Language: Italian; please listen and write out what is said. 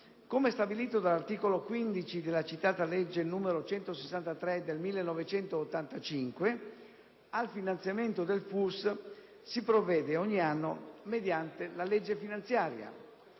Come stabilito dall'articolo 15 della citata legge n. 163 del 1985, al finanziamento del FUS si provvede ogni anno mediante la legge finanziaria.